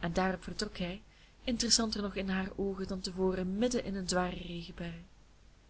en daarop vertrok hij interessanter nog in haar oogen dan te voren midden in een zware regenbui